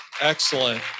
Excellent